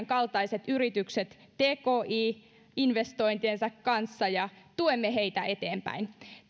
kaltaiset yritykset tki investointiensa kanssa ja tuemme heitä eteenpäin